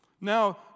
Now